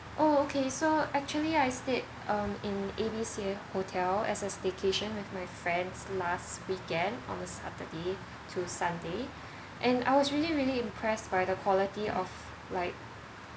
oh okay so actually I stayed um in A_B_C hotel as a staycation with my friends last weekend on a saturday to sunday and I was really really impress by the quality of like